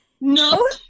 No